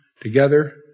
together